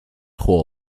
juego